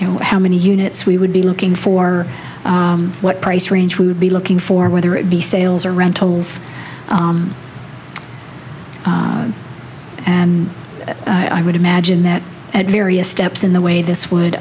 you know how many units we would be looking for what price range we would be looking for whether it be sales or rentals and i would imagine that at various steps in the way this would